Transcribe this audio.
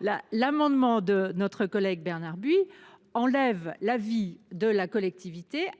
Là l'amendement de notre collègue Bernard buis enlève la vie de la collectivité